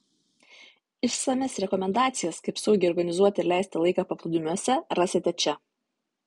išsamias rekomendacijas kaip saugiai organizuoti ir leisti laiką paplūdimiuose rasite čia